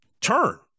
turn